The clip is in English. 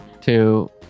two